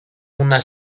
una